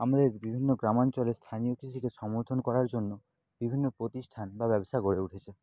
আমাদের বিভিন্ন গ্রামাঞ্চলে স্থানীয় কৃষিকে সমর্থন করার জন্য বিভিন্ন প্রতিষ্ঠান বা ব্যবসা গড়ে উঠেছে